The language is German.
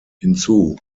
hinzu